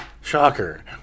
Shocker